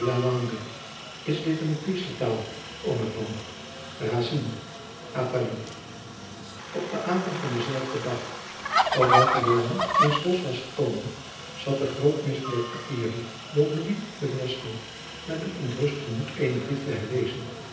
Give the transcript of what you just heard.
c i n e athalie op den avond van denzelfden dag op welken joan in s bosch was gekomen zat de grootmeester der artillerie don louis de velasco met een ontrust gemoed eenen brief te herlezen